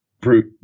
brute